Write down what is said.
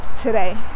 Today